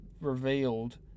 revealed